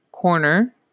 corner